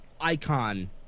icon